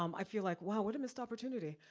um i feel like, wow, what a missed opportunity.